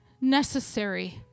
Necessary